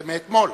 זה מאתמול.